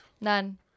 None